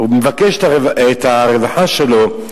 ומבקש את הרווחה שלו,